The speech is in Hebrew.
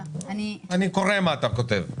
אני קורא מה אתה כותב.